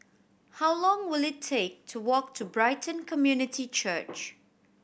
how long will it take to walk to Brighton Community Church